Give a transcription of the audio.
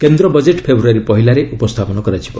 କେନ୍ଦ୍ର ବଜେଟ୍ ଫେବୃୟାରୀ ପହିଲାରେ ଉପସ୍ଥାପନ କରାଯିବ